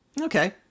Okay